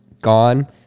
gone